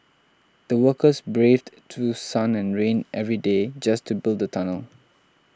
the workers braved through sun and rain every day just to build the tunnel